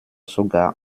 sogar